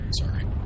Sorry